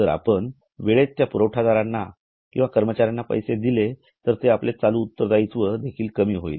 जर आपण वेळेत आपल्या पुरवठादारांना किंवा कर्मचार्यांना पैसे दिले तर आपले चालू उत्तरदायित्व देखील कमी होईल